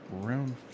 round